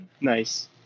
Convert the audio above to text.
Nice